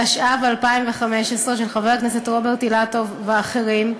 התשע"ו 2015, של חבר הכנסת רוברט אילטוב ואחרים,